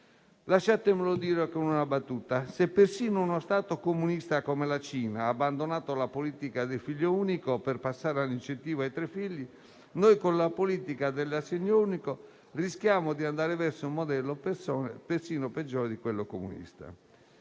Lasciatemelo dire con una battuta: se persino uno Stato comunista come la Cina ha abbandonato la politica del figlio unico per passare all'incentivo ai tre figli, con la politica dell'assegno unico rischiamo di andare verso un modello persino peggiore di quello comunista.